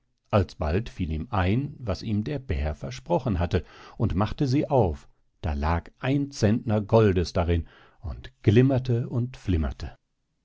alsbald fiel ihm ein was ihm der bär versprochen hatte und machte sie auf da lag ein centner goldes darin und glimmerte und flimmerte